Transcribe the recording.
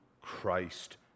Christ